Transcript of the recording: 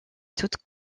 toute